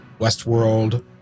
Westworld